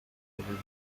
تلویزیون